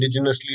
indigenously